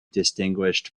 distinguished